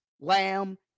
Lamb